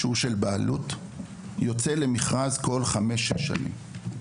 שהוא של בעלות, יוצא למכרז כל חמש-שש שנים.